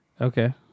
Okay